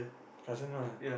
cousin lah